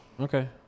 Okay